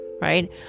Right